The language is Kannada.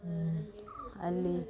ಅಲ್ಲಿ